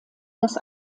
das